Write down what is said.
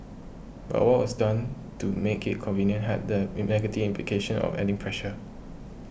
but what was done to make it convenient had the negative implications of adding pressure